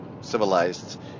civilized